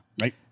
right